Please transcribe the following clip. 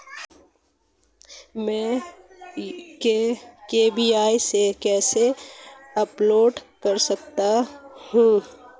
मैं के.वाई.सी कैसे अपडेट कर सकता हूं?